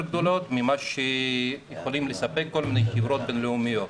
גדולות ממה שיכולות לספק כל מיני חברות בינלאומיות,